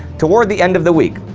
toward the end of the week,